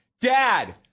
Dad